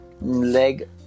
leg